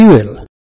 fuel